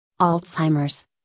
Alzheimer's